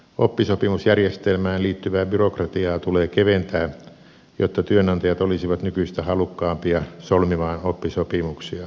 oppisopimusjärjestelmään liittyvää byrokratiaa tulee keventää jotta työnantajat olisivat nykyistä halukkaampia solmimaan oppisopimuksia